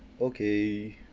okay